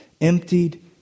emptied